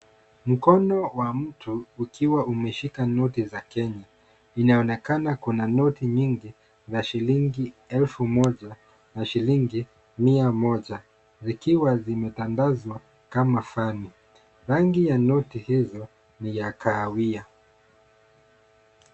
Mkono wa mtu ukiwa umeshika noti za Kenya. Inaonekana kuna noti nyingi za shilingi elfu moja na shilingi mia moja. Zikiwa zimetandazwa kama fani . Rangi ya noti hizo ni ya kahawia.